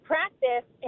practice